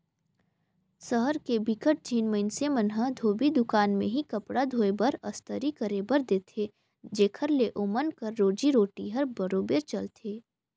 सहर के बिकट झिन मइनसे मन ह धोबी दुकान में ही कपड़ा धोए बर, अस्तरी करे बर देथे जेखर ले ओमन कर रोजी रोटी हर बरोबेर चलथे